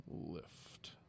Lift